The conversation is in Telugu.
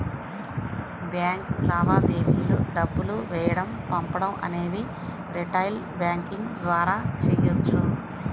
బ్యాంక్ లావాదేవీలు డబ్బులు వేయడం పంపడం అనేవి రిటైల్ బ్యాంకింగ్ ద్వారా చెయ్యొచ్చు